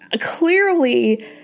clearly